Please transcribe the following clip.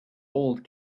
old